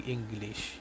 English